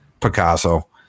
Picasso